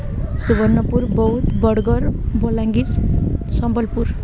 Subarnapur Boudh Bargarh Balangir Sambalpur